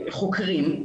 חוקרים,